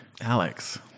Alex